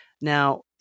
Now